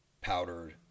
powdered